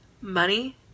Money